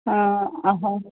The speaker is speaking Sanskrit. हा अहम्